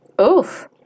Oof